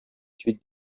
suites